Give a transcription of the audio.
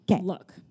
Look